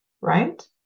right